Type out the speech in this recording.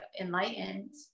enlightened